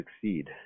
succeed